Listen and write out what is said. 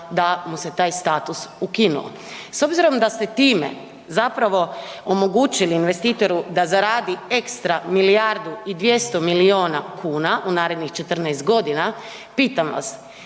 da mu se taj status ukinuo. S obzirom da ste time zapravo omogućili investitoru da zaradi ekstra milijardu i 200 miliona kuna u narednih 14 godina, pitam vas